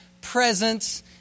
presence